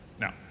Now